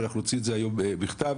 אנחנו נוציא היום את הפנייה בכתב